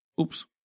Oops